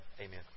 Amen